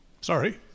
Sorry